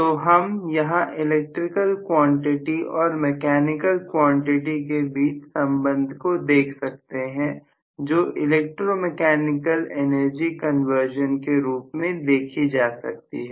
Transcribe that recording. तो हम यहां इलेक्ट्रिकल क्वांटिटी और मैकेनिकल क्वांटिटी के बीच संबंध को देख सकते हैं जो इलेक्ट्रो मैकेनिकल एनर्जी कन्वर्जन के रूप में देखी जा सकती है